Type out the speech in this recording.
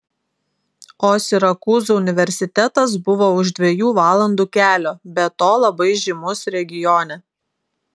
o sirakūzų universitetas buvo už dviejų valandų kelio be to labai žymus regione